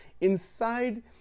inside